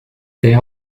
their